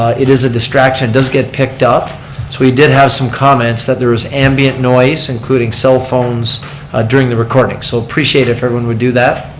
it is a distraction, it does get picked up. so we did have some comments that there was ambient noise including cell phones during the recording. so appreciate if everyone would do that.